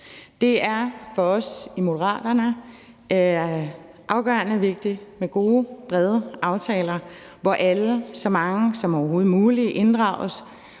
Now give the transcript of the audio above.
Det er for os i Moderaterne afgørende vigtigt med gode, brede aftaler, hvor alle – så mange som overhovedet muligt – inddrages